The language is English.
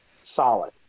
solid